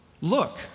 Look